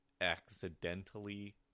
accidentally